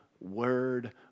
word